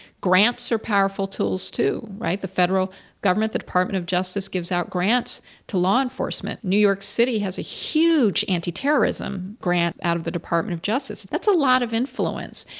grants are powerful tools too, right, the federal government, the department of justice, gives out grants to law enforcement. new york city has a huge anti-terrorism grant out of the department of justice. that's a lot of influence.